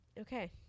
Okay